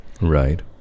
Right